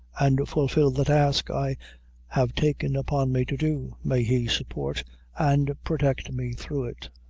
and fulfil the task i have taken upon me to do. may he support and protect me through it.